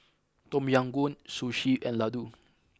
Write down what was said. Tom Yam Goong Sushi and Ladoo